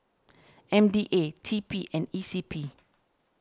M D A T P and E C P